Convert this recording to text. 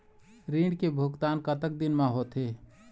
ऋण के भुगतान कतक दिन म होथे?